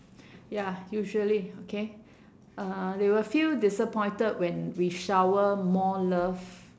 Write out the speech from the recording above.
ya usually okay uh they will feel disappointed when we shower more love